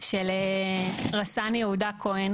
של רס"ן יהודה כהן